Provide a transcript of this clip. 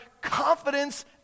confidence